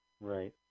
Right